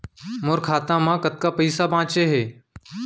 मोर खाता मा कतका पइसा बांचे हे?